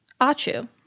Achu